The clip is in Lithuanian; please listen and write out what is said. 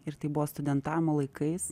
ir tai buvo studentavimo laikais